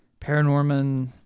Paranorman